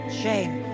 shame